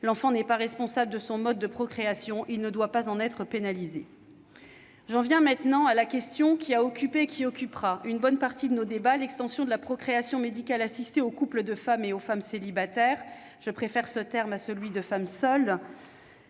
l'enfant n'est pas responsable de son mode de procréation et ne doit pas en être pénalisé. J'en viens maintenant à la question qui a occupé et qui occupera une bonne partie de nos discussions : l'extension de la procréation médicalement assistée aux couples de femmes et aux femmes célibataires- je préfère ce terme à celui de femmes « seules